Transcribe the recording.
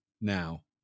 now